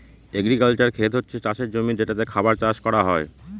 agricultural খেত হচ্ছে চাষের জমি যেটাতে খাবার চাষ করা হয়